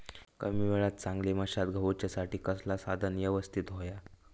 कमी वेळात चांगली मशागत होऊच्यासाठी कसला साधन यवस्तित होया?